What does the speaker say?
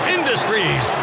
Industries